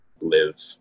live